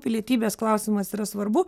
pilietybės klausimas yra svarbu